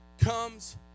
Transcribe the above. comes